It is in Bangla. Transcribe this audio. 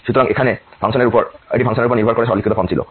সুতরাং এটি ফাংশনের উপর নির্ভর করে সরলীকৃত ফর্ম ছিল